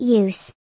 use